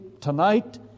tonight